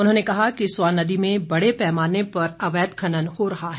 उन्होंने कहा कि स्वां नदी में बड़े पैमाने पर अवैध खनन हो रहा है